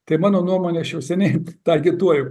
tai mano nuomone aš jau seniai tą agituoju